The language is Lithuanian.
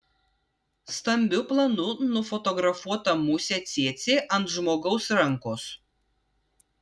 stambiu planu nufotografuota musė cėcė ant žmogaus rankos